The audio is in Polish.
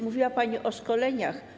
Mówiła pani o szkoleniach.